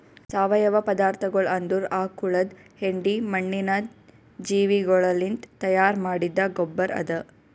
ಸಾವಯವ ಪದಾರ್ಥಗೊಳ್ ಅಂದುರ್ ಆಕುಳದ್ ಹೆಂಡಿ, ಮಣ್ಣಿನ ಜೀವಿಗೊಳಲಿಂತ್ ತೈಯಾರ್ ಮಾಡಿದ್ದ ಗೊಬ್ಬರ್ ಅದಾ